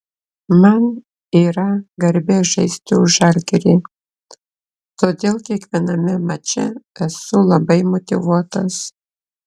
man yra garbė žaisti už žalgirį todėl kiekviename mače esu labai motyvuotas